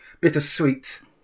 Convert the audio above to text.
bittersweet